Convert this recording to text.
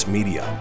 Media